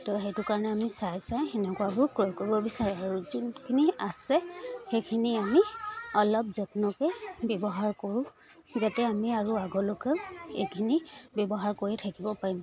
তো সেইটো কাৰণে আমি চাই চাই সেনেকুৱাবোৰ ক্ৰয় কৰিব বিচাৰোঁ আৰু যোনখিনি আছে সেইখিনি আমি অলপ যত্নকৈ ব্যৱহাৰ কৰোঁ যাতে আমি আৰু আগলৈকে এইখিনি ব্যৱহাৰ কৰি থাকিব পাৰিম